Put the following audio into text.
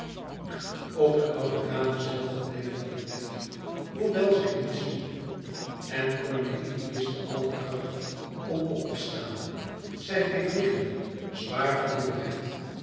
ook de oude dame zelve bleef dan in bed hoewel zij niet sliep en cornélie miste alle kracht om op te staan zij bleef liggen zwaar van moêheid